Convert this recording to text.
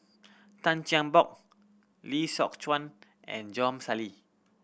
Tan Chin Bock Lee Sock Chuan and Sali